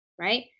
right